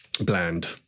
bland